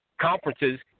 conferences